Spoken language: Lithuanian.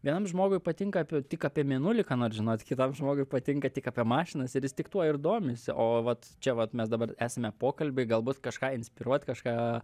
vienam žmogui patinka apie tik apie mėnulį ką nors žinot kitam žmogui patinka tik apie mašinas ir jis tik tuo ir domisi o vat čia vat mes dabar esame pokalby galbūt kažką inspiruot kažką